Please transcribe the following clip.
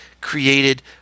created